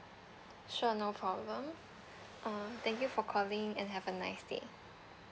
sure no problem uh thank you for calling and have a nice day